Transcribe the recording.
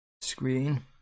screen